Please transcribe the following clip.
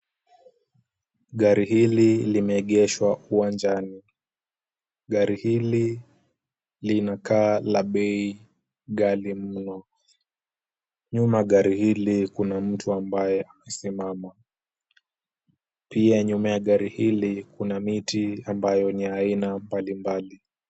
Gari hili limeegeshwa uwanjani. Gari hili linakaa la bei ghali mno. Nyuma gari hili kuna mtu ambaye amesimama. Pia nyuma ya gari hili, kuna miti ambayo ni ya aina mbalimbali.